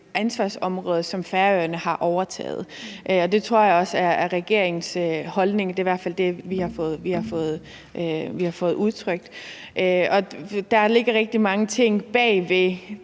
ansvarsområde, som Færøerne har overtaget. Og det tror jeg også er regeringens holdning; det er i hvert fald det, der er blevet udtrykt. Og der ligger rigtig mange ting bag